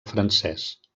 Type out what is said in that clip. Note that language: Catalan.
francès